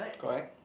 correct